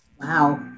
Wow